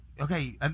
Okay